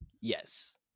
Yes